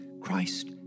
Christ